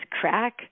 crack